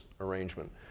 arrangement